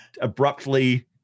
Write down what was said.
abruptly